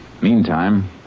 Meantime